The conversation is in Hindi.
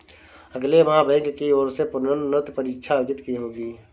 अगले माह बैंक की ओर से प्रोन्नति परीक्षा आयोजित होगी